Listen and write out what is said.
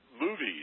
movies